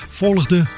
volgde